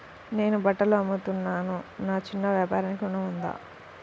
నేను బట్టలు అమ్ముతున్నాను, నా చిన్న వ్యాపారానికి ఋణం ఉందా?